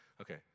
Okay